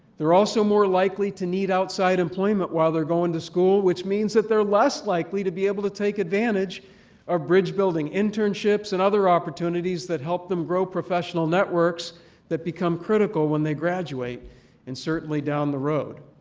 they're also more likely to need outside employment while they're going to school which means that they're less likely to be able to take advantage of bridge-building internships and other opportunities that help them grow professional networks that become critical when they graduate and certainly down the road.